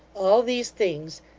all these things,